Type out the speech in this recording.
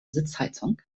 sitzheizung